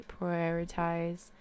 prioritize